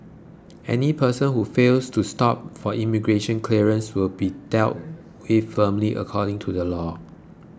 any person who fails to stop for immigration clearance will be dealt with firmly according to the law